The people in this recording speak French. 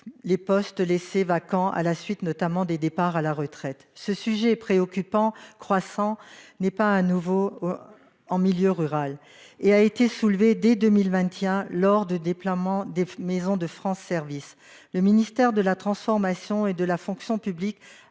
les postes laissés vacants, notamment à la suite de départs à la retraite. Ce sujet de préoccupation croissante n'est pas nouveau en milieu rural. Il a été soulevé dès 2021 lors du déploiement des maisons France Services. Le ministère de la transformation et de la fonction publiques